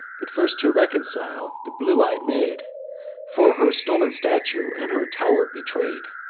but first, to reconcile the blue-ey'd maid for her stol'n statue and her tow'r betray'd,